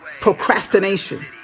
Procrastination